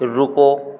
रुको